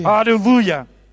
Hallelujah